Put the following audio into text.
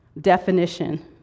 definition